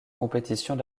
compétitions